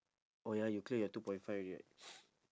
oh ya you clear your two point five already right